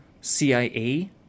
CIA